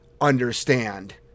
understand